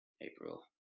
april